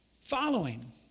following